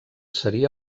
seria